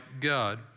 God